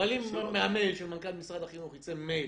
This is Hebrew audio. אבל אם מהמייל של מנכ"ל משרד החינוך יצא מייל,